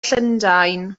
llundain